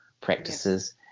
practices